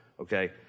Okay